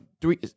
three